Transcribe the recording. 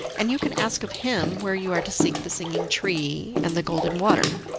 and you can ask of him where you are to seek the singing tree and the golden water.